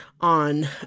on